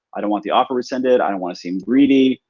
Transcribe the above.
i don't want the offer rescinded. i don't want to seem greedy.